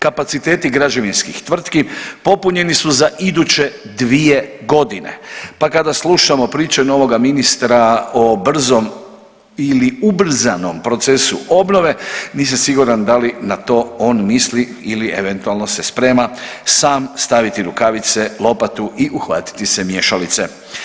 Kapaciteti građevinskih tvrtki popunjeni su za iduće dvije godine, pa kada slušamo priče novoga ministra o brzom ili ubrzanom procesu obnove, nisam siguran da li na to on misli ili eventualno se sprema sam staviti rukavice, lopatu i uhvatiti se mješalice.